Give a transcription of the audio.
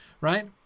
right